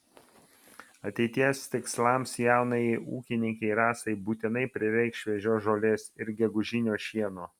ateities tikslams jaunajai ūkininkei rasai būtinai prireiks šviežios žolės ir gegužinio šieno